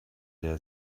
der